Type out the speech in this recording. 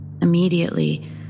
Immediately